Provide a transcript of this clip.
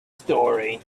story